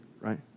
right